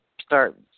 start